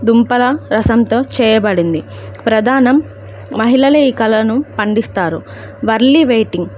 దుంపల రసంతో చేయబడింది ప్రధానం మహిళలే ఈ కళలను పండిస్తారు వర్లీ వెయిటింగ్